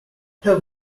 have